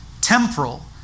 temporal